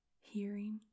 hearing